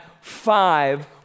five